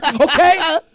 okay